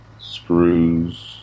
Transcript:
screws